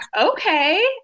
okay